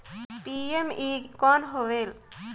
PME कौन होयल?